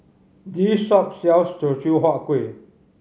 this shop sells Teochew Huat Kueh